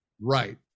right